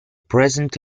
present